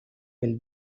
will